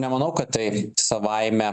nemanau kad tai savaime